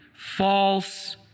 False